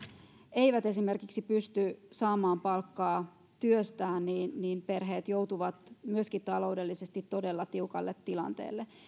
eivät esimerkiksi pysty saamaan palkkaa työstään niin niin perheet joutuvat myöskin taloudellisesti todella tiukalle tilanteelle